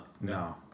no